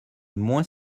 moins